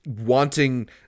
wanting